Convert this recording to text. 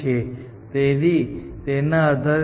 પૃન કરેલા કર્નલ માર્ગને ફરીથી બનાવવા માટેનો ખર્ચ ઉઠાવે છે